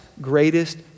greatest